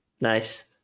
nice